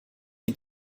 sie